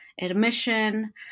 admission